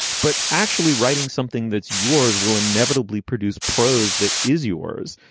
but actually writing something that's yours will inevitably produce prose that is yours.